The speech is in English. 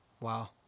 Wow